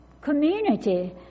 community